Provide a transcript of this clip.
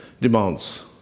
demands